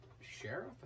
sheriff